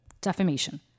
defamation